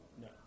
No